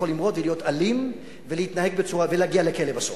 הוא יכול למרוד ולהיות אלים ולהגיע לכלא בסוף.